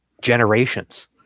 generations